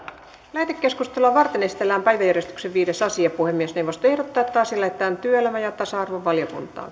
lähetekeskustelua varten esitellään päiväjärjestyksen viides asia puhemiesneuvosto ehdottaa että asia lähetetään työelämä ja tasa arvovaliokuntaan